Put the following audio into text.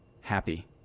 happy